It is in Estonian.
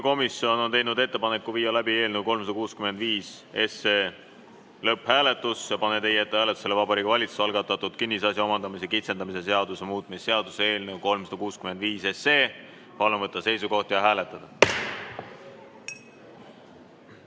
Juhtivkomisjon on teinud ettepaneku viia läbi eelnõu 365 lõpphääletus. Panen teie ette hääletusele Vabariigi Valitsuse algatatud kinnisasja omandamise kitsendamise seaduse muutmise seaduse eelnõu 365. Palun võtta seisukoht ja hääletada!